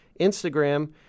Instagram